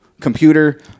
computer